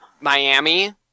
Miami